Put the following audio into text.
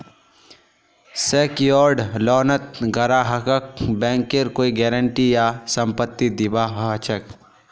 secured लोनत ग्राहकक बैंकेर कोई गारंटी या संपत्ति दीबा ह छेक